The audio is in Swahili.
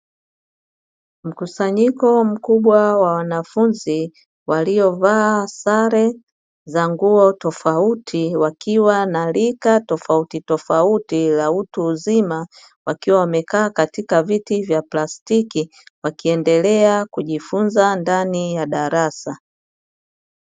Mkusanyiko mkubwa wa wanafunzi waliovaa sare za nguo tofauti wakiwa na rika tofauti tofauti la utu uzima wakiwa wamekaa katika viti vya plastiki wakiendelea kujifunza ndani ya darasa.